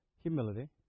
humility